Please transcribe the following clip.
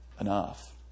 enough